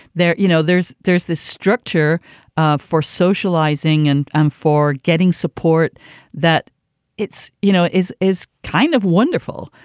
they're you know, there's there's the structure ah for socializing and um for getting support that it's, you know, is is kind of wonderful.